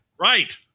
Right